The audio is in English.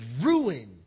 ruin